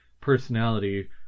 personality